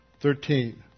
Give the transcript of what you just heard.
Thirteen